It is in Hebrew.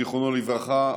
זיכרונו לברכה,